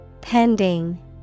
Pending